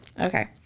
Okay